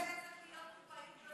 זה בבית.